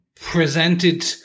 presented